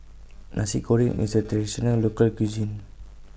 Nasi Goreng IS A Traditional Local Cuisine